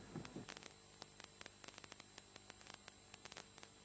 Grazie